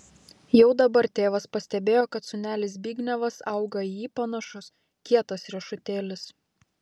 jau dabar tėvas pastebėjo kad sūnelis zbignevas auga į jį panašus kietas riešutėlis